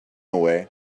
away